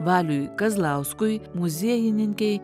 valiui kazlauskui muziejininkei